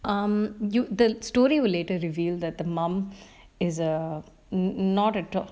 um you the story will later reveal that the mom is a mm mm not a drop